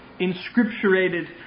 inscripturated